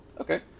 Okay